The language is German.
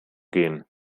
gehen